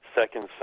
Second